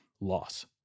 loss